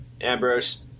Ambrose